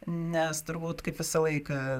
nes turbūt kaip visą laiką